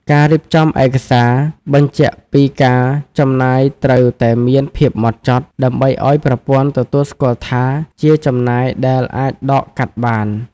ការរៀបចំឯកសារបញ្ជាក់ពីការចំណាយត្រូវតែមានភាពហ្មត់ចត់ ដើម្បីឱ្យប្រព័ន្ធទទួលស្គាល់ថាជាចំណាយដែលអាចដកកាត់បាន។